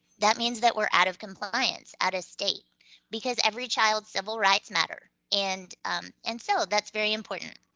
that means that we're out of compliance at a state because every child's civil rights matter. and and so that's very important.